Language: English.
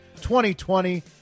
2020